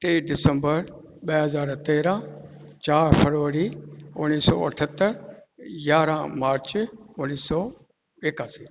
ट्रे दिसंबर ॿ हज़ार तेरहं चारि फरवरी उणिवीह सौ अठहतरि यारहं मार्च उणिवीह सौ एकासी